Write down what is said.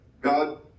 God